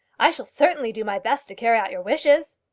i shall certainly do my best to carry out your wishes.